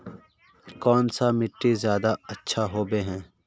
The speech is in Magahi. कौन सा मिट्टी ज्यादा अच्छा होबे है?